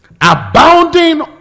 Abounding